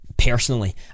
personally